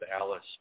Alice